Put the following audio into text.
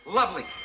Lovely